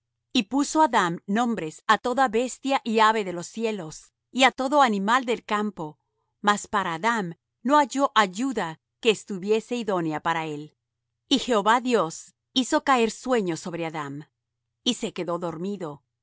y puso adam nombres á toda bestia y ave de los cielos y á todo animal del campo mas para adam no halló ayuda que estuviese idónea para él y jehová dios hizo caer sueño sobre adam y se quedó dormido